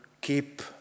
keep